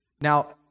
Now